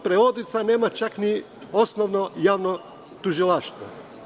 Prevodioca nema čak ni osnovno javno tužilaštvo.